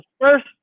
first